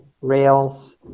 rails